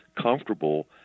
comfortable